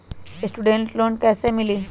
Student loan कैसे मिली?